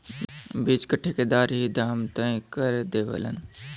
बीच क ठेकेदार ही दाम तय कर देवलन